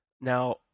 Now